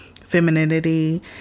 femininity